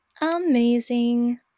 Amazing